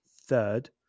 third